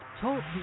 talk